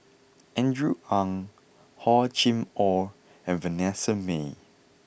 Andrew Ang Hor Chim Or and Vanessa Mae